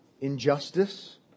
injustice